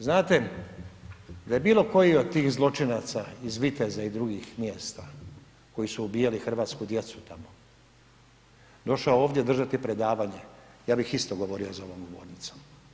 Znate da je bilo koji od tih zločinaca iz Viteza i drugih mjesta koji su ubijali hrvatsku djecu tamo došao ovdje držati predavanje, ja bih isto govorio za ovom govornicom.